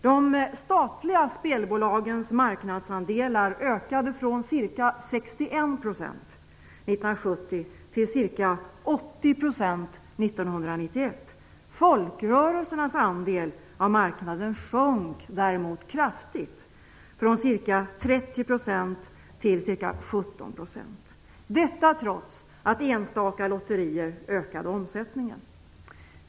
De statliga spelbolagens marknadsandelar ökade från ca 61 % 1970 till ca 80 % 1991. Folkrörelsernas andel av marknaden sjönk däremot kraftigt från ca 30 % till ca 17 %, detta trots att enstaka lotterier ökade omsättningen.